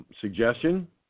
suggestion